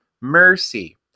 mercy